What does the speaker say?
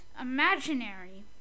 imaginary